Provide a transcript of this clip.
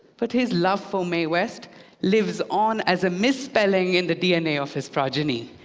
but his love for mae west lives on as a misspelling in the dna of his progeny.